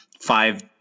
five